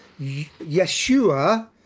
Yeshua